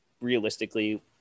realistically